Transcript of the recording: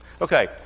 Okay